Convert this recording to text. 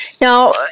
Now